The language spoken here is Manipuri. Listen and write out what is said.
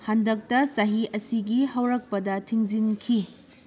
ꯍꯟꯗꯛꯇ ꯆꯍꯤ ꯑꯁꯤꯒꯤ ꯍꯧꯔꯛꯄꯗ ꯊꯤꯡꯖꯤꯟꯈꯤ